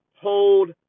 Hold